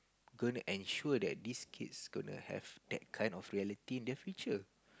gonna ensure that this kids gonna have that kind of reality in their future